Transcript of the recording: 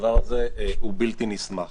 והדבר הזה הוא בלתי נסלח.